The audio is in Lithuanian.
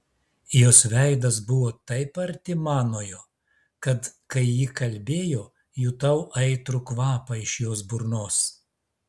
jos veidas buvo taip arti manojo kad kai ji kalbėjo jutau aitrų kvapą iš jos burnos